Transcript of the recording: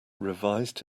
revised